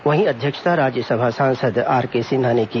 वहीं अध्यक्षता राज्यसभा सांसद आर के सिन्हा ने की